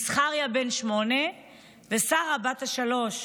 זכריה בן השמונה ושרה בת השלוש.